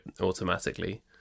automatically